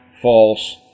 false